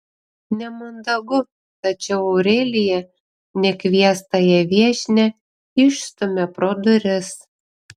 nemandagu tačiau aurelija nekviestąją viešnią išstumia pro duris